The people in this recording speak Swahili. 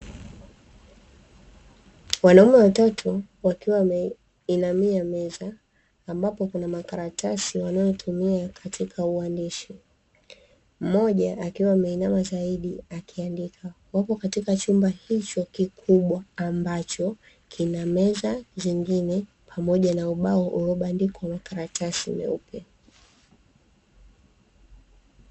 Wanaume watatu wakiwa wameinamia meza, ambapo kuna makaratasi wanayotumia katika uandishi. Mmoja akiwa ameinama zaidi, akiandika. Wapo katika chumba hicho kikubwa, ambacho kina meza zingine pamoja na ubao uliobandikwa makaratasi meupe.